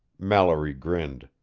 mallory grinned.